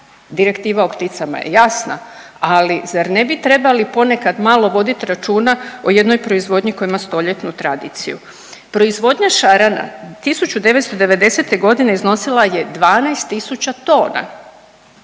direktiva o pticama je jasna, ali zar ne bi trebali ponekad malo voditi računa o jednoj proizvodnji koja ima stoljetnu tradiciju. Proizvodnja šarana 1990. iznosila je 12 tisuća tona.